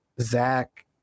zach